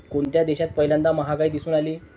कोणत्या देशात पहिल्यांदा महागाई दिसून आली?